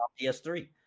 ps3